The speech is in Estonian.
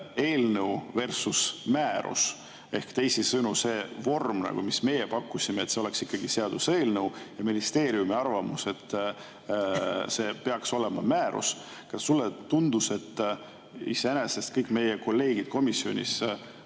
eelnõuversusmäärus ehk teisisõnu, see vorm, mis meie pakkusime, et oleks seaduseelnõu, ja ministeeriumi arvamus, et see peaks olema määrus, siis kas sulle tundus, et iseenesest kõik kolleegid komisjonis